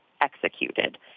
executed